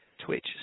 Twitch